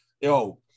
Yo